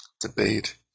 debate